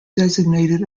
designated